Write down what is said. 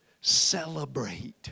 celebrate